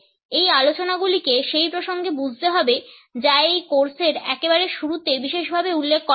এই আলোচনাগুলিকে সেই প্রসঙ্গে বুঝতে হবে যা এই কোর্সের একেবারে শুরুতে বিশেষভাবে উল্লেখ করা হয়েছে